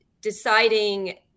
deciding